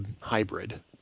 hybrid